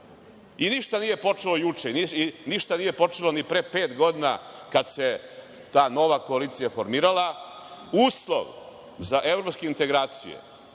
I ništa nije počelo juče, ništa nije počelo ni pre pet godina, kad se ta nova koalicija formirala, uslov za evropske integracije